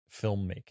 filmmaking